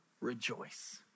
rejoice